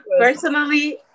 personally